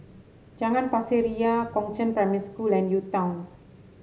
Jalan Pasir Ria Chongzheng Primary School and UTown